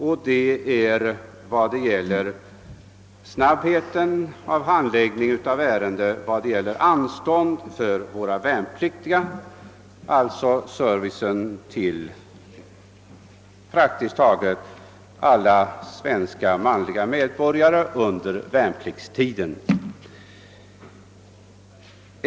För det tredje har jag tänkt på snabbheten i handläggningen av ansökningar om anstånd för värnpliktiga — alltså en service som skall ges till ett stort antal svenska manliga medborgare under värnpliktstiden.